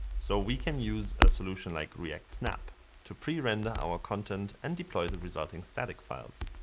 so we can use a solution like react snap to pre-render our content and deploy the resulting static files.